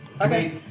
Okay